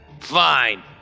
Fine